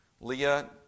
Leah